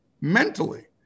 mentally